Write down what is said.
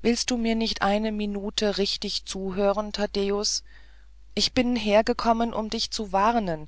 willst du mir nicht eine minute richtig zuhören taddäus ich bin hergekommen um dich zu warnen